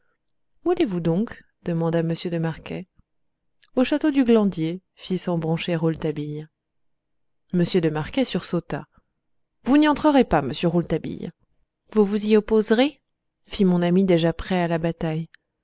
allez-vous donc demanda m de marquet au château du glandier fit sans broncher rouletabille m de marquet sursauta vous n'y entrerez pas monsieur rouletabille vous vous y opposerez fit mon ami déjà prêt à la bataille